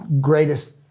greatest